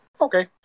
Okay